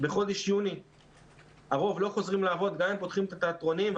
בחודש יוני הרוב לא חוזרים לעבוד גם אם פותחים את התיאטרונים.